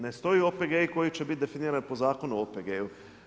Ne stoji OPG-i koji će bit definirani po Zakonu o OPG-u.